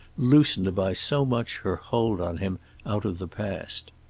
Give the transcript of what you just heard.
loosened by so much her hold on him out of the past.